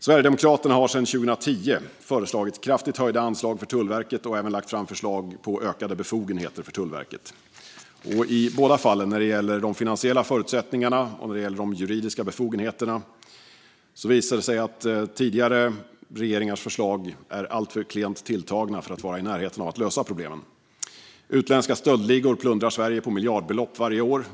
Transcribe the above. Sverigedemokraterna har sedan 2010 föreslagit kraftigt höjda anslag för Tullverket och även lagt fram förslag på ökade befogenheter för Tullverket. I båda fallen, när det gäller de finansiella förutsättningarna och när det gäller de juridiska befogenheterna, visar det sig att tidigare regeringars förslag är alltför klent tilltagna för att vara i närheten av att lösa problemen. Utländska stöldligor plundrar Sverige på miljardbelopp varje år.